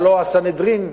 הלוא הסנהדרין,